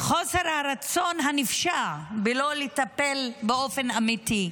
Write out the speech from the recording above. חוסר הרצון הנפשע לא לטפל באופן אמיתי.